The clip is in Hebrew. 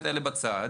מה קורה בפועל?